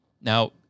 Now